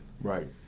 right